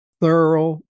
thorough